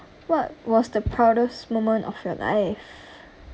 what was the proudest moment of your life